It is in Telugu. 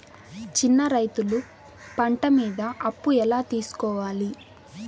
చిన్న రైతులు పంట మీద అప్పు ఎలా తీసుకోవాలి?